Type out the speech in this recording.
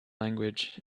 language